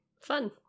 fun